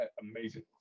amazing